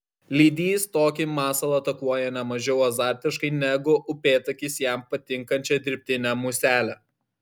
lydys tokį masalą atakuoja ne mažiau azartiškai negu upėtakis jam patinkančią dirbtinę muselę